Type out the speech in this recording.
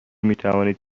میتوانید